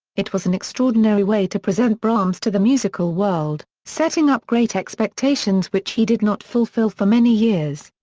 it was an extraordinary way to present brahms to the musical world, setting up great expectations which he did not fulfill for many years.